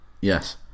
Yes